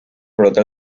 brota